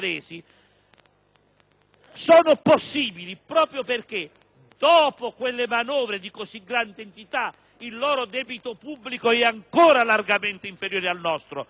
sono possibili perché, dopo quelle manovre di notevole entità, il loro debito pubblico è ancora largamente inferiore al nostro,